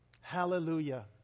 hallelujah